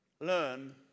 learn